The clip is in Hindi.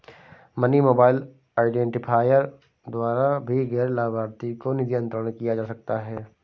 मनी मोबाइल आईडेंटिफायर द्वारा भी गैर लाभार्थी को निधि अंतरण किया जा सकता है